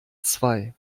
zwei